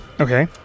Okay